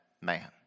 man